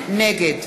נגד